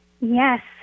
Yes